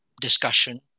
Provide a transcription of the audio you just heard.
discussion